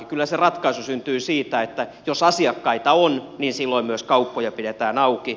kyllä se ratkaisu syntyy siitä että jos asiakkaita on niin silloin myös kauppoja pidetään auki